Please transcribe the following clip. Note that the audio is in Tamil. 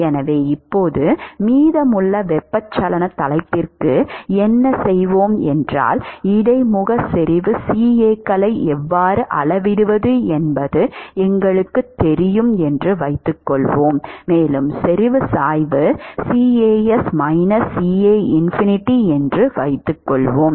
எனவே இப்போது மீதமுள்ள வெப்பச்சலன தலைப்புக்கு என்ன செய்வோம் என்றால் இடைமுக செறிவு CA களை எவ்வாறு அளவிடுவது என்பது எங்களுக்குத் தெரியும் என்று வைத்துக்கொள்வோம் மேலும் செறிவு சாய்வு CAs CA∞ என்று வைத்துக்கொள்வோம்